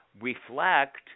reflect